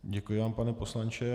Děkuji vám, pane poslanče.